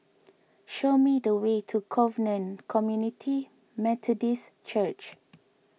show me the way to Covenant Community Methodist Church